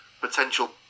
potential